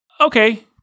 okay